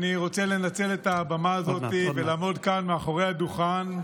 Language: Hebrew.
אני רוצה לנצל את הבמה הזאת ולעמוד כאן מאחורי הדוכן,